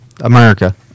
America